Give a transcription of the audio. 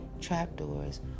trapdoors